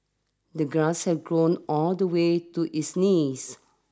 the grass had grown all the way to his knees